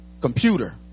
computer